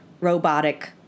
robotic